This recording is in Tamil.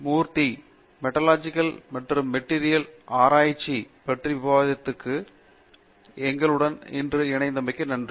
மூர்த்தி மெட்டாலர்ஜிகல் மற்றும் மெட்டீரியல் ஆராய்ச்சி பற்றிய விவாதத்திற்கு எங்களுடன் இன்று இணைத்தமைக்கு நன்றி